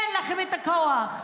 אין לכם את הכוח.